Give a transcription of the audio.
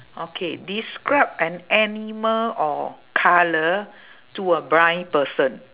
okay describe an animal or colour to a blind person